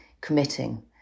committing